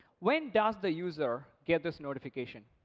when does the user get this notification?